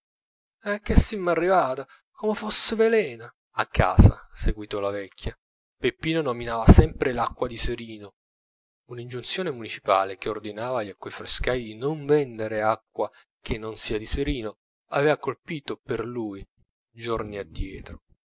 a che simmo arrivate come fosse veleno a casa seguitò la vecchia peppino nominava sempre l'acqua di serino un'ingiunzione municipale che ordina agli acquafrescai di non vendere acqua che non sia di serino aveva colpito per lui giorni addietro